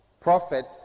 prophet